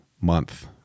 month